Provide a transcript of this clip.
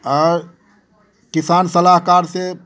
और किसान सलाहकार से